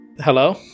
Hello